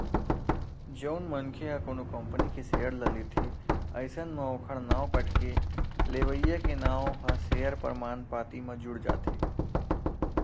जउन मनखे ह कोनो कंपनी के सेयर ल लेथे अइसन म ओखर नांव कटके लेवइया के नांव ह सेयर परमान पाती म जुड़ जाथे